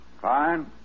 Fine